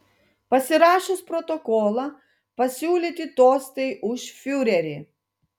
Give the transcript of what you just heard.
pasirašius protokolą pasiūlyti tostai už fiurerį